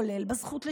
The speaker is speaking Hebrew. כולל בזכות לשוויון,